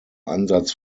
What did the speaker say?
ansatz